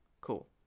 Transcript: cool